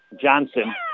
Johnson